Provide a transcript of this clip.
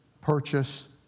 purchase